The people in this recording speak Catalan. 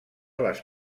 les